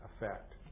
effect